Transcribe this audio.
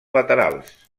laterals